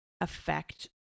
affect